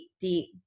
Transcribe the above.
deep